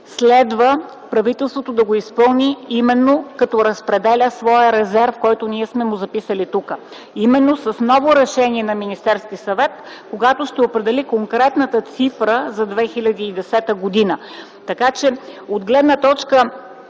следва правителството да изпълни именно като разпределя своя резерв, който ние сме записали тук, а именно с ново решение на Министерския съвет, когато ще определи конкретната цифра за 2010 г. Така че от гледна точка